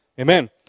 Amen